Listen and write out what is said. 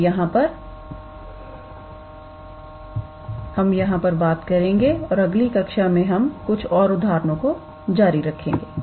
अब यहां पर हम यहां पर समाप्त करेंगे और अगली कक्षा में हम कुछ और उदाहरणों को जारी रखेंगे